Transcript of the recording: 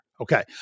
Okay